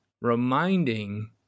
reminding